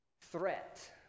threat